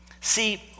see